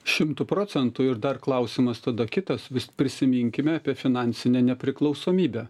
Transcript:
šimtu procentų ir dar klausimas tada kitas vis prisiminkime apie finansinę nepriklausomybę